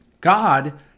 God